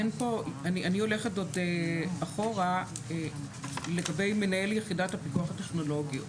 אני הולכת עוד אחורה לגבי מנהל יחידת הפיקוח הטכנולוגי.